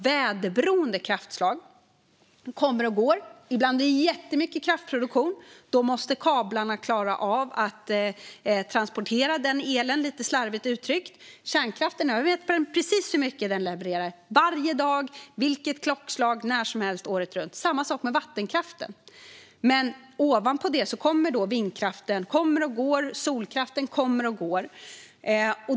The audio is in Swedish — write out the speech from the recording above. Väderberoende kraftslag kommer och går. Ibland är det jättemycket kraftproduktion. Då måste kablarna klara av att transportera den elen, lite slarvigt uttryckt. När det gäller kärnkraften vet vi precis hur mycket den levererar, varje dag, vilket klockslag, när som helst och året runt. Det är samma sak med vattenkraften. Ovanpå det kommer vindkraften, som kommer och går. Solkraften kommer och går.